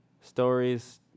stories